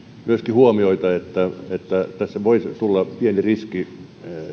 huomioita että tässä voi tulla pieni riski